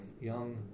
young